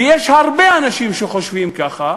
ויש הרבה אנשים שחושבים ככה,